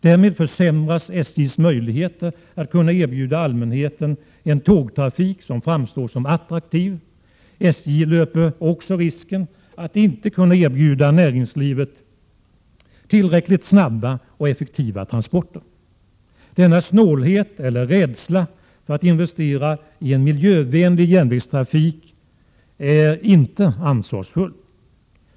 Därmed försämras SJ:s möjligheter att erbjuda allmänheten en tågtrafik som framstår som attraktiv. SJ löper också risken att inte kunna erbjuda näringslivet tillräckligt snabba och effektiva transporter. Denna snålhet eller rädsla för att investera i en miljövänlig järnvägstrafik är inte ansvarsfull.